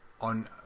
on